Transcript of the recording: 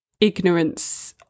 ignorance